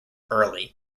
early